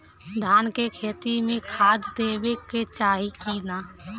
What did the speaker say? धान के खेती मे खाद देवे के चाही कि ना?